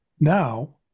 Now